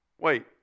Wait